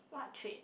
what trait